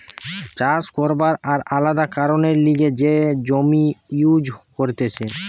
চাষ করবার আর আলাদা কারণের লিগে যে জমি ইউজ করতিছে